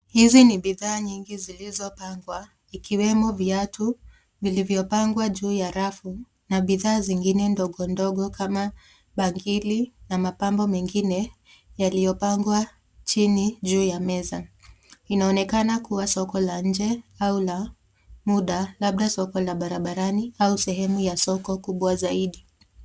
Hizi ni bidhaa nyingi zilizopangwa, ikiwemo viatu vilivyopangwa juu ya rafu. Na bidhaa zingine ndogo ndogo kama bangili na mapambo mengine, yaliyopangwa chini juu ya meza. Inaonekana kuwa soko la nje au la muda, labda soko la barabarani au sehemu ya soko kubwa zaidi.